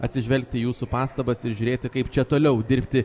atsižvelgti į jūsų pastabas ir žiūrėti kaip čia toliau dirbti